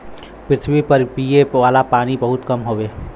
पृथवी पर पिए वाला पानी बहुत कम हउवे